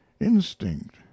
instinct